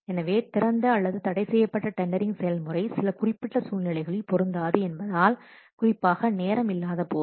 எனவே திறந்த அல்லது தடைசெய்யப்பட்ட டெண்டரிங் செயல்முறை சில குறிப்பிட்ட சூழ்நிலைகளில் பொருந்தாது என்பதால் குறிப்பாக நேரம் இல்லாதபோது